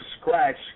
scratch